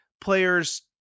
players